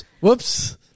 Whoops